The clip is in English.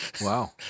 Wow